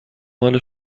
مال